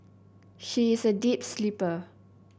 she is a deep sleeper